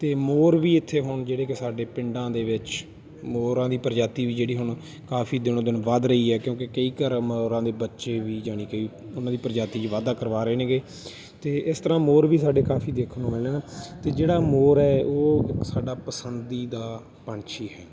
ਅਤੇ ਮੋਰ ਵੀ ਇੱਥੇ ਹੁਣ ਜਿਹੜੇ ਕਿ ਸਾਡੇ ਪਿੰਡਾਂ ਦੇ ਵਿੱਚ ਮੋਰਾਂ ਦੀ ਪ੍ਰਜਾਤੀ ਵੀ ਜਿਹੜੀ ਹੁਣ ਕਾਫੀ ਦਿਨੋ ਦਿਨ ਵੱਧ ਰਹੀ ਹੈ ਕਿਉਂਕਿ ਕਈ ਘਰ ਮੋਰਾਂ ਦੇ ਬੱਚੇ ਵੀ ਜਾਣੀ ਕਿ ਉਹਨਾਂ ਦੀ ਪ੍ਰਜਾਤੀ 'ਚ ਵਾਧਾ ਕਰਵਾ ਰਹੇ ਨੇਗੇ ਅਤੇ ਇਸ ਤਰ੍ਹਾਂ ਮੋਰ ਵੀ ਸਾਡੇ ਕਾਫੀ ਦੇਖਣ ਨੂੰ ਮਿਲਦੇ ਨੇ ਅਤੇ ਜਿਹੜਾ ਮੋਰ ਹੈ ਉਹ ਇੱਕ ਸਾਡਾ ਪਸੰਦੀਦਾ ਪੰਛੀ ਹੈ